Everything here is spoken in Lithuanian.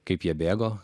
kaip jie bėgo